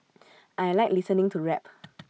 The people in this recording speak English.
I Like listening to rap